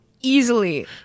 easily